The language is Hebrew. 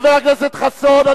חבר הכנסת חסון,